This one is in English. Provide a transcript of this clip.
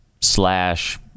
slash